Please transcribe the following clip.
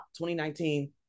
2019